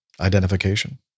identification